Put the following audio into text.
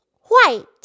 white